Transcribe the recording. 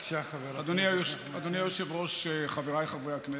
אדוני היושב-ראש, חבריי חברי הכנסת,